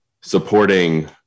supporting